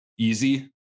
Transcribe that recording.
easy